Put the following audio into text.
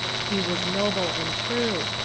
he was noble and true,